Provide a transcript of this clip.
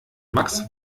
max